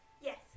Yes